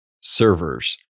servers